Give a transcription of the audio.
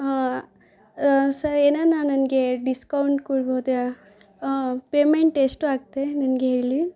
ಸ ಏನೆನ ನನಗೆ ಡಿಸ್ಕೌಂಟ್ ಕೊಡ್ಬೋದಾ ಹಾಂ ಪೇಮೆಂಟ್ ಎಷ್ಟು ಆಗತ್ತೆ ನನಗೆ ಹೇಳಿ